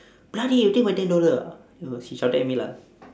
bloody you took my ten dollar ah it was he shouted at me lah